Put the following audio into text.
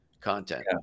content